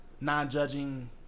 non-judging